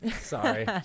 sorry